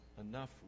enough